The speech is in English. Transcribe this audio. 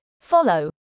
follow